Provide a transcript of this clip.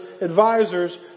advisors